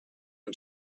him